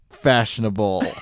Fashionable